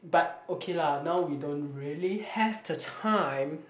but okay lah now we don't really have the time